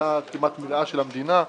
בשליטה כמעט מלאה של המדינה,